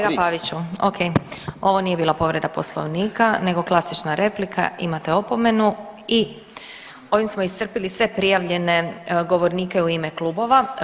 Kolega Paviću okej, ovo nije bila povreda Poslovnika nego klasična replika, imate opomenu i ovim smo iscrpili sve prijavljene govornike u ime klubova.